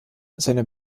seine